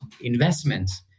investments